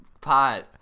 pot